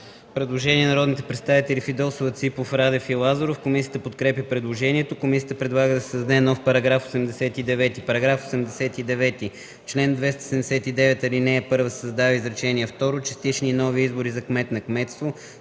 Предложение на народните представители Фидосова, Ципов, Радев и Лазаров. Комисията подкрепя предложението. Комисията предлага да се създаде нов § 89: „§ 89. В чл. 279, ал. 1 се създава изречение второ: „Частични и нови избори за кмет на кметство